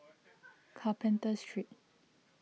Carpenter Street